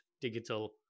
digital